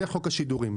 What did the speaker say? זה חוק השידורים.